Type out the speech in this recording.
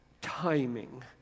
timing